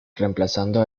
reemplazando